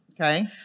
Okay